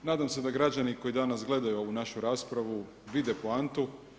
Nadam se da građani koji danas gledaju ovu našu raspravu vide poantu.